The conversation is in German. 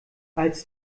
als